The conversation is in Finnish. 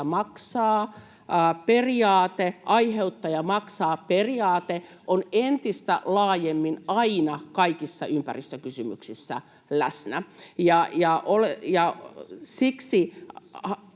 aiheuttaja maksaa ‑periaate on entistä laajemmin aina kaikissa ympäristökysymyksissä läsnä. Siksi